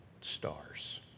stars